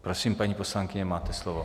Prosím, paní poslankyně, máte slovo.